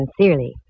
sincerely